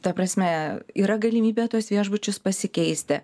ta prasme yra galimybė tuos viešbučius pasikeisti